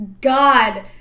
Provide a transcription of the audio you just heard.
god